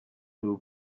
who